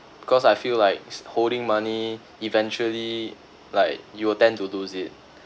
because I feel like it's holding money eventually like you will tend to lose it